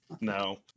No